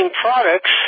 products